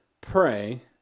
pray